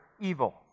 evil